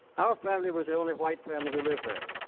our family was the only white family who lived there.